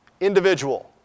individual